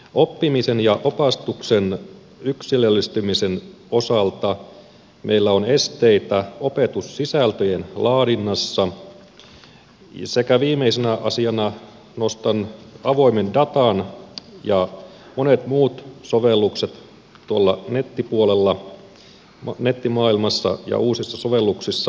oppimisen ja opastuksen yksilöllistymisen osalta meillä on esteitä opetussisältöjen laadinnassa sekä viimeisenä asiana nostan avoimen datan ja monet muut sovellukset nettimaailmassa ja uusissa sovelluksissa